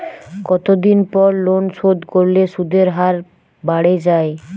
কতদিন পর লোন শোধ করলে সুদের হার বাড়ে য়ায়?